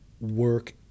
work